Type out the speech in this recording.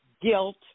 guilt